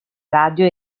radio